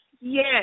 yes